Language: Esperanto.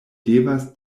devas